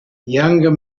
younger